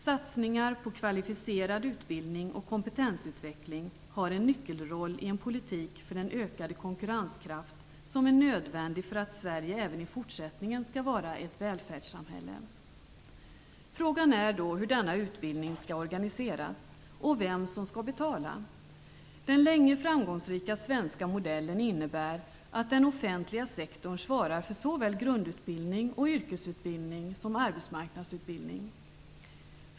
Satsningar på kvalificerad utbildning och kompetensutveckling har en nyckelroll i en politik för den ökade konkurrenskraft som är nödvändig för att Sverige även i fortsättningen skall vara ett välfärdssamhälle. Frågan är då hur denna utbildning skall organiseras och vem som skall betala. Den länge framgångsrika svenska modellen innebär att den offentliga sektorn svarar för såväl grundutbildning och yrkesutbildning som arbetsmarknadsutbildning.